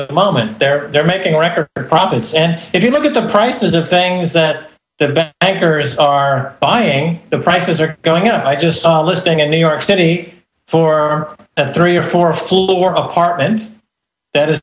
get the moment they're they're making record profits and if you look at the prices of things that the anchors are buying the prices are going up i just saw a listing in new york city for three or four floor apartment that is